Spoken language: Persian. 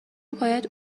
باید